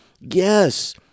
yes